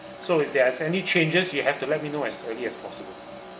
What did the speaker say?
so if there is any changes you have to let me know as early as possible